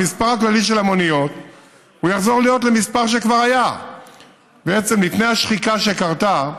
המספר הכללי של המוניות יחזור למספר שכבר היה לפני שהשחיקה קרתה.